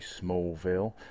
Smallville